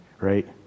right